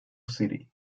city